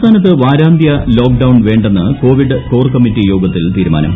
സംസ്ഥാനത്ത് വാത്രാന്ത്യ ലോക്ഡൌൺ വേണ്ടെന്ന് കോവിഡ് കോർ കമ്മിറ്റി യോഗത്തിൽ തീരുമാനം